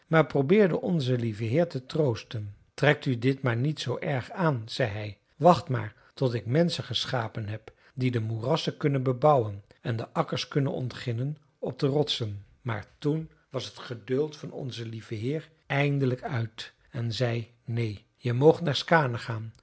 maar probeerde onze lieve heer te troosten trek u dit maar niet zoo erg aan zei hij wacht maar tot ik menschen geschapen heb die de moerassen kunnen bebouwen en akkers kunnen ontginnen op de rotsen maar toen was het geduld van onzen lieven heer eindelijk uit en hij zei neen jij moogt naar skaane gaan